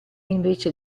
invece